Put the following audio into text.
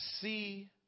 see